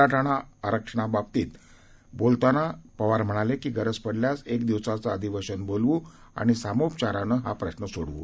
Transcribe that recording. मराठा आरक्षणा बाबतीत बोलताना पवार म्हणाले की गरज पडल्यास एक दिवसाचं अधिवेशन बोलावू आणि सामोपचारानं हा प्रश्न सोडवू